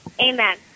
Amen